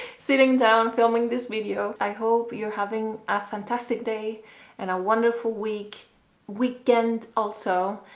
sitting down filming this video. i hope you're having a fantastic day and a wonderful week weekend also,